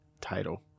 title